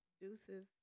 Deuces